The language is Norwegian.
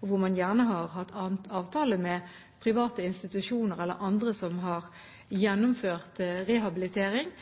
hvor man gjerne har hatt avtale med private institusjoner eller andre som har gjennomført rehabilitering,